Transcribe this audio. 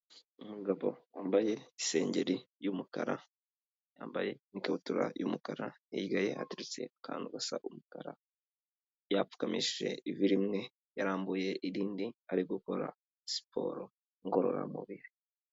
Umugabo wambaye isengeri y'umukara yambaye n'ikabutura y'umukara hirya ye hateretse akantu gasa umukara yapfukamishije ivi rimwe yarambuye irindi ari gukora siporo ngororamubiri.